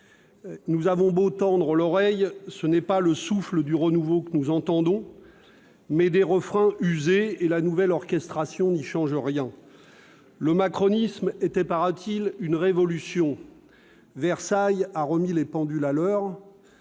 Nous avons beau tendre l'oreille, ce n'est pas le souffle du renouveau que nous entendons, mais des refrains usés, et la nouvelle orchestration n'y change rien. Le macronisme était, paraît-il, une révolution. Versailles a remis les pendules à l'heure.